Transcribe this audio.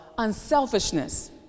unselfishness